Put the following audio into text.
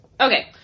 Okay